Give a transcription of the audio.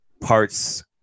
parts